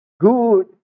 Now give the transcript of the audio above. good